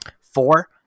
Four